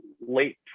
late